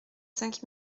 cinq